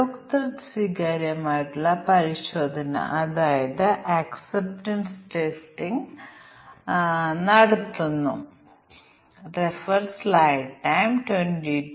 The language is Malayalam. അതിനാൽ ഇവിടെ ഒരു സമഗ്രമായ പരിശോധന 2 മുതൽ 3 വരെ 2 എണ്ണം ടെസ്റ്റ് കേസുകൾ പരിഗണിക്കും പക്ഷേ നമുക്ക് ജോഡി തിരിച്ചുള്ള ടെസ്റ്റ് കേസ് സൃഷ്ടിക്കാൻ കഴിയും അത് അതിനേക്കാൾ വളരെ കുറവായിരിക്കും